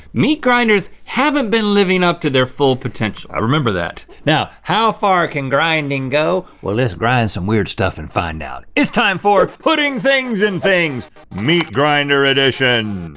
meat grinders having been living up to their full potential. i remember that. now, how far can grinding go? well let's grind some weird stuff and find out. it's time for putting things in things meat grinder edition.